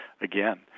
again